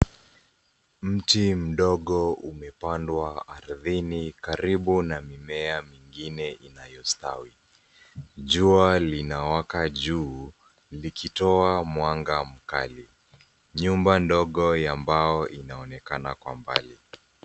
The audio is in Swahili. Mti mdogo umepandwa ardhini karibu na mimea mingine inayostawai. Jua linawaka juu, likitoa mwanga mkali. Nyumba ndogo ya mbao inaonekana kwa mbali.